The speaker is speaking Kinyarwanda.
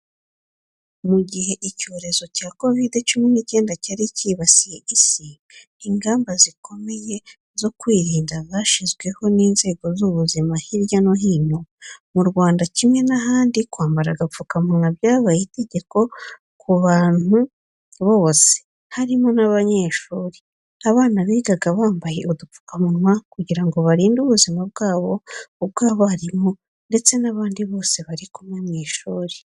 Mu gihe icyorezo cya kovidi cumi n'icyenda cyari cyibasiye Isi, ingamba zikomeye zo kwirinda zashyizweho n’inzego z’ubuzima hirya no hino. Mu Rwanda, kimwe n'ahandi, kwambara agapfukamunwa byabaye itegeko ku bantu bose, harimo n’abanyeshuri. Abana bigaga bambaye udupfukamunwa kugira ngo barinde ubuzima bwabo, ubw’abarimu, ndetse n’abandi bose bari kumwe mu ishuri.